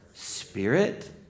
Spirit